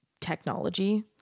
technology